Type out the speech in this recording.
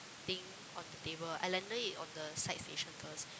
thing on the table I landed it on the side station girls